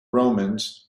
romans